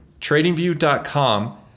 TradingView.com